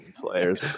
players